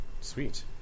Sweet